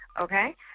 okay